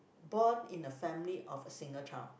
birth in a family of a single child